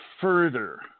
further